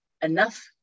enough